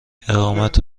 اقامت